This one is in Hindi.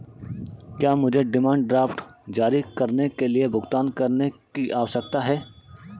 क्या मुझे डिमांड ड्राफ्ट जारी करने के लिए भुगतान करने की आवश्यकता है?